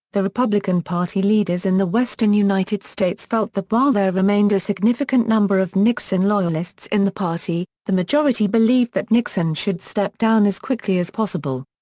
the republican party leaders in the western united states felt that while there remained a significant number of nixon loyalists in the party, the majority believed that nixon should step down as quickly as possible.